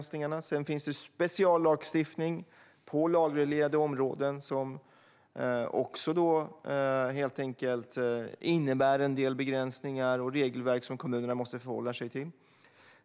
Sedan finns det speciallagstiftning på lagreglerade områden som också helt enkelt innebär en del begränsningar och regelverk som kommunerna måste förhålla sig till.